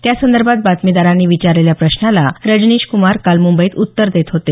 त्यासंदर्भात बातमीदारांनी विचारलेल्या प्रश्नाला रजनीश कुमार काल मुंबईत उत्तर देत होते